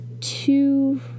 two